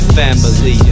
family